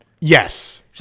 yes